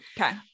Okay